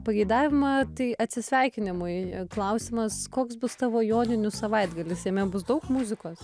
pageidavimą tai atsisveikinimui klausimas koks bus tavo joninių savaitgalis jame bus daug muzikos